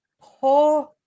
poor